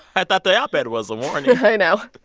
i thought the op-ed was the warning i know.